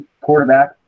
quarterback